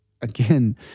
again